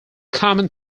common